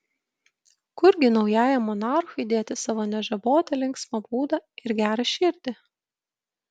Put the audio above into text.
kurgi naujajam monarchui dėti savo nežabotą linksmą būdą ir gerą širdį